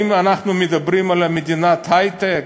אנחנו מדברים על מדינת היי-טק,